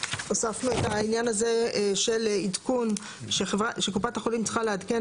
הוספנו את העניין הזה של עדכון שקופת החולים צריכה לעדכן